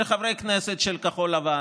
לחברי הכנסת של כחול לבן,